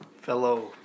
fellow